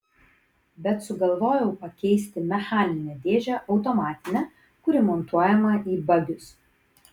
bet sugalvojau pakeisti mechaninę dėžę automatine kuri montuojama į bagius